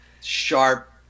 sharp